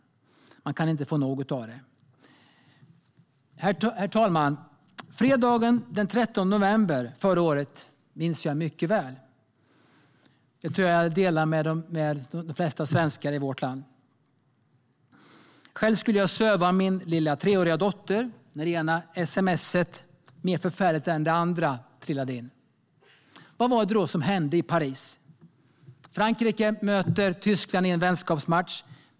Man kan inte få nog av det. Herr talman! Fredagen den 13 november förra året minns jag mycket väl, och det tror jag att jag delar med de flesta svenskar i vårt land. När det gäller mig själv skulle min lilla treåriga dotter sövas då det ena sms:et mer förfärligt än det andra trillade in. Vad var det då som hände i Paris? Frankrike mötte Tyskland i en vänskapsmatch.